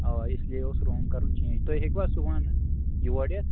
اَوا اِسلیے اوس روٗم کَرُن چینٛج تُہۍ ہیٚکِوٕ صُبحن یڈ یِتھ